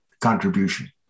contribution